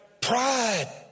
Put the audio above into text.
Pride